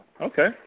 okay